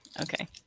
Okay